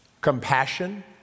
compassion